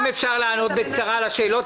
אם אפשר לענות בקצרה על השאלות.